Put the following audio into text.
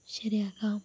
ശരിയാക്കാം